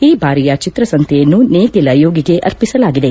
ಈ ಬಾರಿಯ ಚಿತ್ರಸಂತೆಯನ್ನು ನೇಗಿಲ ಯೋಗಿಗೆ ಅರ್ಪಿಸಲಾಗಿದೆ